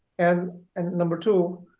and and number two,